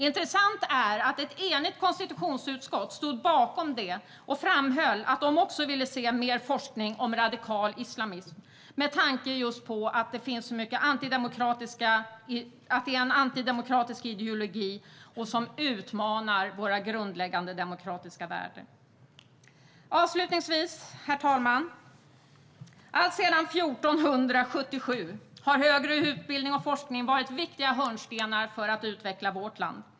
Intressant är att ett enigt konstitutionsutskott stod bakom detta och framhöll att de också ville se mer forskning om radikal islamism, just med tanke på att det är en antidemokratisk ideologi som utmanar våra grundläggande demokratiska värden. Herr talman! Alltsedan 1477 har högre utbildning och forskning varit viktiga hörnstenar för att utveckla vårt land.